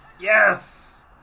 yes